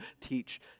teach